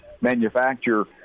manufacture